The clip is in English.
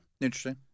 Interesting